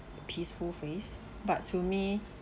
peaceful face but to me